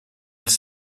els